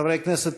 חברי הכנסת,